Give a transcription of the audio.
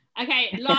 okay